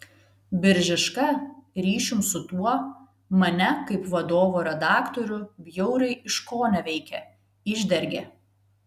biržiška ryšium su tuo mane kaip vadovo redaktorių bjauriai iškoneveikė išdergė